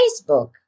Facebook